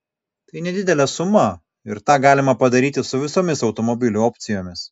tai nedidelė suma ir tą galima padaryti su visomis automobilių opcijomis